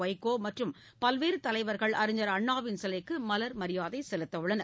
வைகோ மற்றும் பல்வேறு தலைவர்கள் அறிஞர் அண்ணாவின் சிலைக்கு மவர் மரியாதை செலுத்தவுள்ளனர்